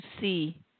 see